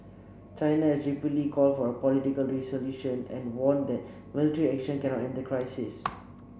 China called for a political resolution and warned that military action cannot end the crisis